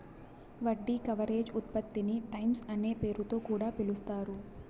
వడ్డీ కవరేజ్ ఉత్పత్తిని టైమ్స్ అనే పేరుతొ కూడా పిలుస్తారు